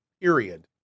period